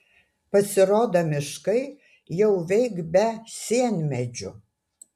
pasirodo miškai jau veik be sienmedžių